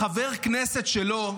חבר הכנסת שלו,